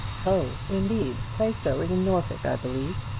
oh, indeed. plaistow is in norfolk, i believe?